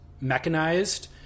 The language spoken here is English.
mechanized